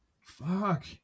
fuck